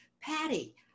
Patty